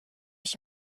ich